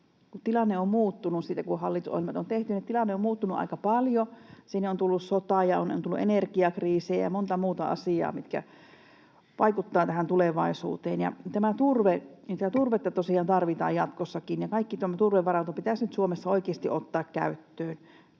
Tilanne on muuttunut aika paljon. On tullut sotaa ja on tullut energiakriisiä ja monta muuta asiaa, mitkä vaikuttavat tähän tulevaisuuteen. Tämä turve — turvetta tosiaan tarvitaan jatkossakin, ja kaikki turvevaranto pitäisi nyt Suomessa oikeasti ottaa käyttöön.